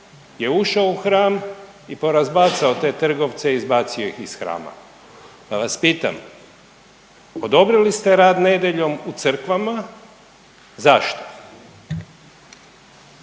je ušao u hram i porazbacao te trgovce i izbacio ih iz hrama, pa vas pitam odobrili ste rad nedjeljom u crkvama. Zašto?